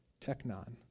technon